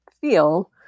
feel